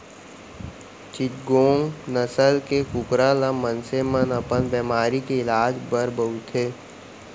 चिटगोंग नसल के कुकरा ल मनसे मन अपन बेमारी के इलाज बर बउरथे